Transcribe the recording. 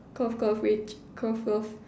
cough cough witch cough cough